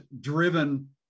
driven